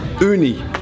Uni